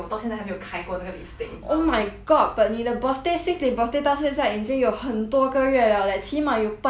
oh my god but 你的 birthday since 你 birthday 到现在已经有很多个月 liao leh 起码有半年 liao 你还没有开我没有开 ah